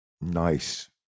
nice